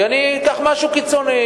כי אני אקח משהו קיצוני.